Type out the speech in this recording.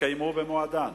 יתקיימו במועדן.